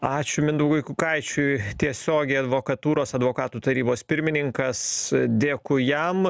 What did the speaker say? ačiū mindaugui kukaičiui tiesiogiai advokatūros advokatų tarybos pirmininkas dėkui jam